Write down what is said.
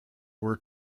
were